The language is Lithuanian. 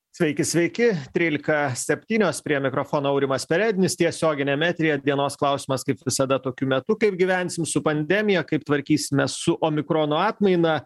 sveiki sveiki trylika septynios prie mikrofono aurimas perednis tiesioginiam eteryje dienos klausimas kaip visada tokiu metu kaip gyvensim su pandemija kaip tvarkysimės su omikrono atmaina